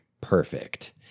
perfect